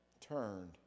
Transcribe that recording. turned